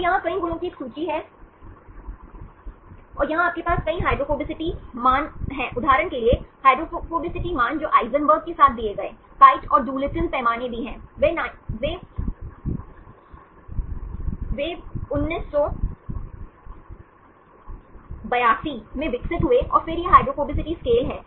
तो यहाँ कई गुणों की एक सूची है और यहाँ आपके पास कई हाइड्रोफोबिसिटी मान हैं उदाहरण के लिए हाइड्रोफोबिसिटी मान जो Eisenberg के साथ दिए गए Kyte और Doolittle पैमाने भी हैं वे 1982 में विकसित हुए और फिर यह हाइड्रोफोबिसिटी स्केल है